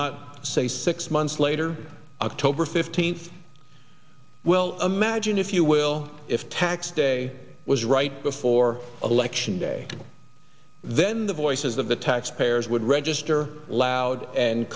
not say six months later october fifteenth well imagine if you will if tax day was right before election day then the voices of the taxpayers would register loud and